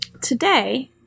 today